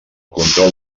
control